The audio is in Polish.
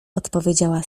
odpowiedziała